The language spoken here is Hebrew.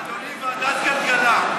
אדוני, ועדת הכלכלה.